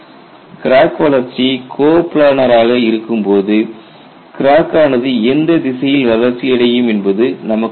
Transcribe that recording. crack வளர்ச்சி coplanar ஆக இருக்கும் போது கிராக் ஆனது எந்த திசையில் வளர்ச்சி அடையும் என்பது நமக்கு தெரியும்